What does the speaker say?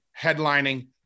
headlining